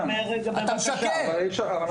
אתה משקר.